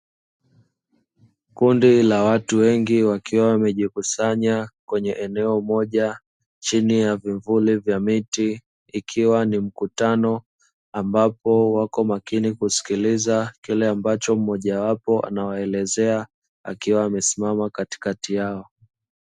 Kundi la watu wengi, wakiwa wamejikusanya kwenye eneo moja chini ya vivuli vya miti, ikiwa ni mkutano, ambapo wako makini kusikiliza kile ambacho mmoja wapo anawaelezea, akiwa amesimama katikati yao.